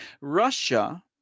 Russia